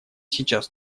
сейчас